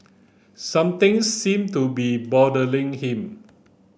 something seem to be bothering him